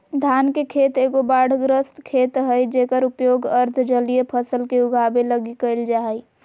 धान के खेत एगो बाढ़ग्रस्त खेत हइ जेकर उपयोग अर्ध जलीय फसल के उगाबे लगी कईल जा हइ